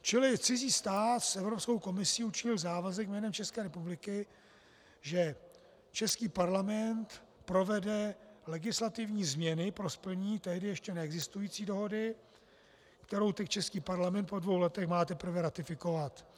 Čili cizí stát s Evropskou komisí učinil závazek jménem České republiky, že český Parlament provede legislativní změny pro splnění tehdy ještě neexistující dohody, kterou teď český Parlament po dvou letech má teprve ratifikovat.